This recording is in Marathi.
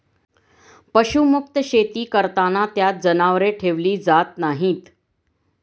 पशुमुक्त शेती करताना त्यात जनावरे ठेवली जात नाहीत